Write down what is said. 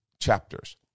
Chapters